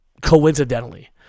coincidentally